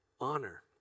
honor